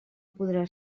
podrà